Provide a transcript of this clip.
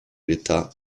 l’état